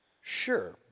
Sure